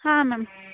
ಹಾಂ ಮ್ಯಾಮ್